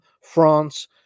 France